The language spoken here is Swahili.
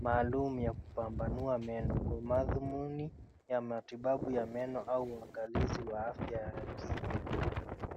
maalum ya kupambanua meno kwa madhumni ya matibabu ya meno au uangalivu wa afya ya kine.